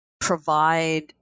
provide